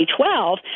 2012